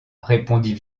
répondit